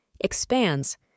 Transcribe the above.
expands